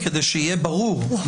לא כי אנו פוחדים ממי שעומד מולנו.